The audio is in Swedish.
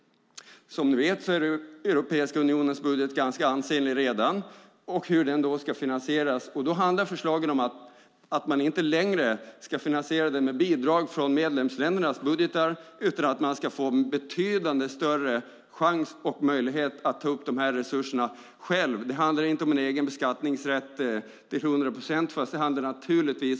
Som ni vet är Europeiska unionens budget redan ganska ansenlig. Förslagen handlar om att man inte längre ska finansiera den med bidrag från medlemsländernas budgetar utan att få betydande större chans och möjlighet att ta upp dessa resurser själv. Det är inte en egen beskattningsrätt till 100 procent.